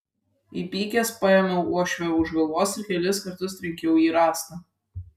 įpykęs paėmiau uošvę už galvos ir kelis kartus trenkiau į rąstą